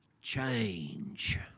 change